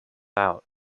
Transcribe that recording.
out